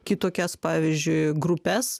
kitokias pavyzdžiui grupes